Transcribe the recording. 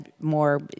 more